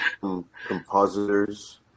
Compositors